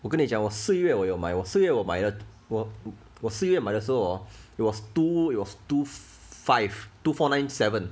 我跟你讲我四月我有买我四月我买了我四月买的时候 hor it was two it was two five two four nine seven